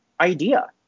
idea